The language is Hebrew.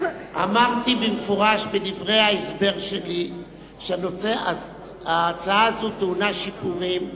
אמרתי במפורש בדברי ההסבר שלי שההצעה הזאת טעונה שיפורים.